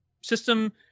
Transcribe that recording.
system